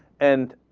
and,